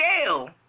scale